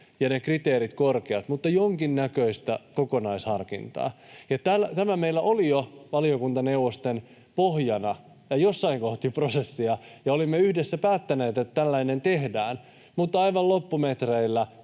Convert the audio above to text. ja ne kriteerit korkeat, jonkinnäköistä kokonaisharkintaa. Tämä meillä oli jo valiokuntaneuvosten pohjana jossain kohti prosessia, ja olimme yhdessä päättäneet, että tällainen tehdään, mutta aivan loppumetreillä